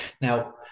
Now